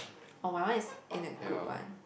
or my one is in the good one